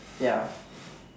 ya